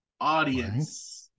Audience